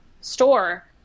store